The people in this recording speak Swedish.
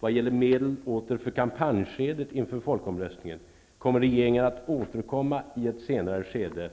Vad gäller medel för kampanjskedet inför folkomröstningen, kommer regeringen att återkomma i ett senare skede.